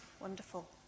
wonderful